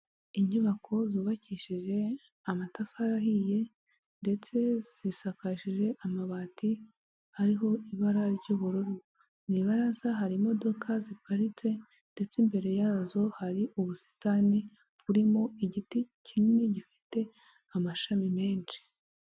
Inyubako zubakishije amatafari ahiye ndetse zisakajije amabati ariho ibara ry'ubururu; mu ibaraza hari imodoka ziparitse ndetse imbere yazo hari ubusitani burimo igiti kinini gifite amashami menshi.